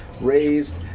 raised